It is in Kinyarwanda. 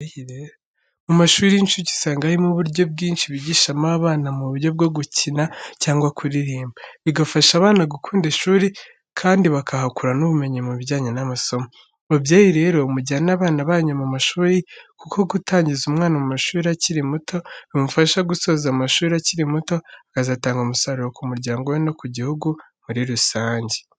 Mu mashuri y'incuke usanga harimo uburyo bwinshi bigishamo abana mu buryo bwo gukina cyangwa kuririmba, bigafasha abana gukunda ishuri kandi bakahakura n'ubumenyi mu bijyanye n'amasomo. Babyeyi rero mujyane abana banyu mu mashuri, kuko gutangiza umwana amashuri akiri muto bimufasha gusoza amashuri akiri muto, akazatanga umusaruro ku muryango we no ku gihugu muri rusange.